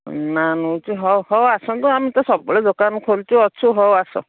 ନାଁ ନେଉଛି ହଉ ହଉ ଆସନ୍ତୁ ଆମେ ତ ସବୁବେଳେ ଦୋକାନ ଖୋଲିଛୁ ଅଛୁ ହଉ ଆସ